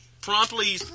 promptly